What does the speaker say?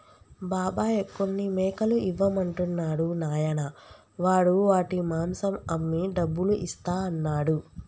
బాబాయ్ కొన్ని మేకలు ఇవ్వమంటున్నాడు నాయనా వాడు వాటి మాంసం అమ్మి డబ్బులు ఇస్తా అన్నాడు